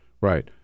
Right